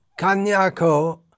kanyako